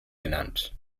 genannt